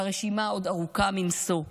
והרשימה עוד ארוכה מנשוא.